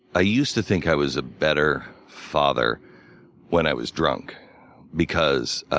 ah used to think i was a better father when i was drunk because